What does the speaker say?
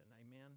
Amen